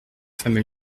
femmes